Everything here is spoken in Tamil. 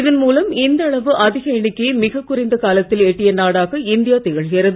இதன் மூலம் இந்த அளவு அதிக எண்ணிக்கையை மிக குறைந்த காலத்தில் எட்டிய நாடாக இந்தியா திகழ்கிறது